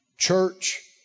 Church